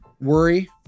worry